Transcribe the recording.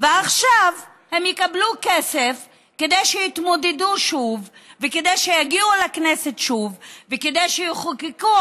ועכשיו הם יקבלו כסף כדי שיתמודדו שוב וכדי שיגיעו לכנסת שוב וכדי שיחוקקו